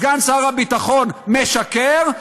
סגן שר הביטחון משקר,